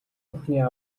охины